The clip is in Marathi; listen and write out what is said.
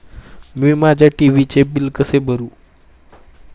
मी माझ्या टी.व्ही चे बिल कसे भरू?